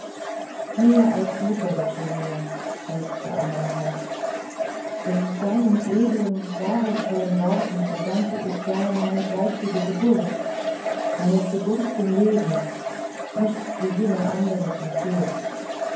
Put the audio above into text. mehr als mutter bist du mir seufzte amara denn deinen edlen wahrheitshellen worten verdanke ich ja meine geistige geburt meine geburt zum leben nicht wie jene andere zum tod